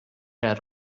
had